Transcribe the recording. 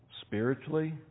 spiritually